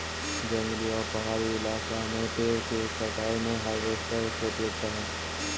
जंगली आउ पहाड़ी इलाका में पेड़ के कटाई में भी हार्वेस्टर के उपयोगिता हई